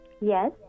Yes